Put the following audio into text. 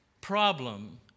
problem